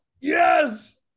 Yes